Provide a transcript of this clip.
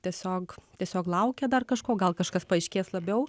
tiesiog tiesiog laukia dar kažko gal kažkas paaiškės labiau